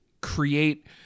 create